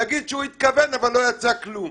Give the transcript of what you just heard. להגיד שהוא התכוון אבל לא יצא כלום.